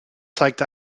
zeigt